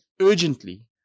urgently